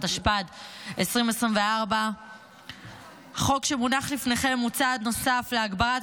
התשפ"ד 2024. החוק המונח לפניכם הוא צעד נוסף להגברת